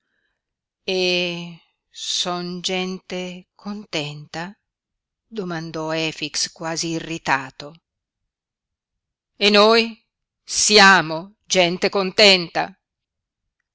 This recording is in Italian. e son gente contenta domandò efix quasi irritato e noi siamo gente contenta